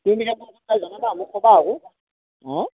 তুমি পিছে কোন কোন যায় জনাবা মোক ক'বা আৰু হাঁ